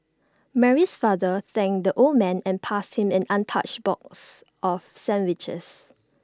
Mary's father thanked the old man and passed him an untouched box of sandwiches